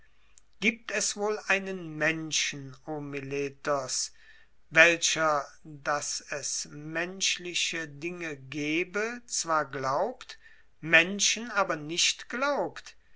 gibt es wohl einen menschen o meletos welcher daß es menschliche dinge gebe zwar glaubt menschen aber nicht glaubt